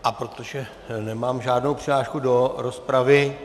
A protože nemám žádnou přihlášku do rozpravy...